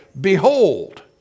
behold